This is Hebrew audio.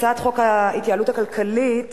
הצעת חוק ההתייעלות הכלכלית